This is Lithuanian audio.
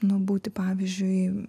nu būti pavyzdžiui